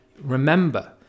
Remember